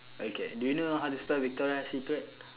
okay do you know how to spell victoria's secret